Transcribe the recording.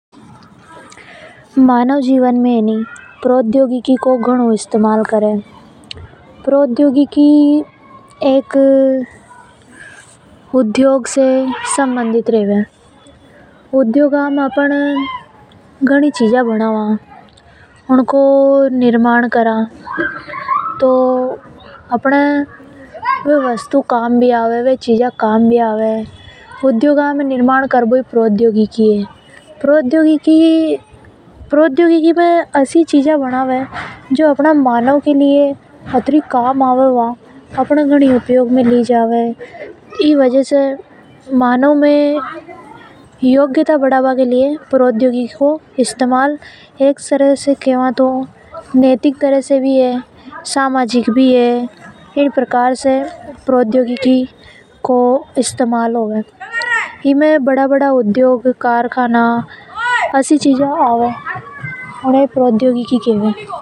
मानव जीवन में प्रौद्योगिकी को घनों विकास हो रियो। प्रौद्योगिकी एक उद्योग से संबंधित रेवे। उद्योगा में अपन घणी चीजा बनावा जो मानव के लिए घणी काम आवे। अपन कई भी वस्तु बनावा तो उन्हें अपन ही इस्तमाल करा। अतः उद्योग में काम क्रभो ही प्रौद्योगिकी हैं। प्रौद्योगिकी में मानव सरल तरह से समाजिक और नैतिक चीजा को निर्माण भी करे।